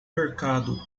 mercado